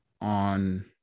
on